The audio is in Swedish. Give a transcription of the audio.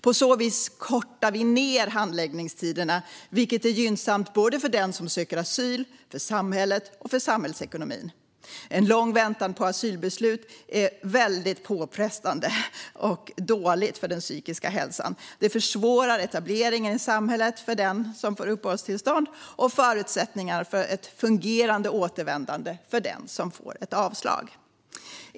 På så vis kortar vi ned handläggningstiderna, vilket är gynnsamt för den som söker asyl, för samhället och för samhällsekonomin. En lång väntan på asylbeslut är väldigt påfrestande och dåligt för den psykiska hälsan. Det försvårar etableringen i samhället för den som får uppehållstillstånd och förutsättningarna för ett fungerande återvändande för den som får ett avslag.